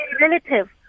Relative